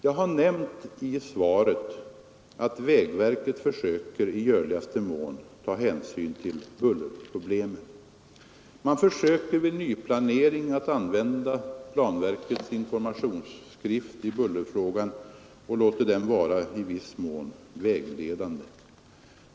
Jag har nämnt i svaret att vägverket försöker i möjligaste mån ta hänsyn till bullerproblemen. Man försöker vid nyplanering att använda planverkets informationsskrift i bullerfrågan och låter den vara i viss mån vägledande.